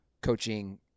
coaching